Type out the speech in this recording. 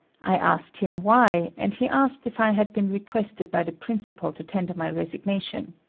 i asked him why, and he asked if i had been requested by the principal to tender my resignation.